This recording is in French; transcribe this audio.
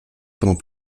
pendant